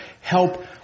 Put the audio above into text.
help